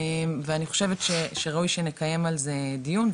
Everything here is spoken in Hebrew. ואני חושבת שראוי שנקיים על זה דיון,